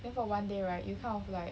then for one day right you kind of like